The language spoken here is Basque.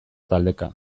taldeka